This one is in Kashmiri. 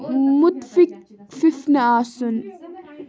مُتفِق فِف نہٕ آسُن